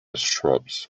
shrubs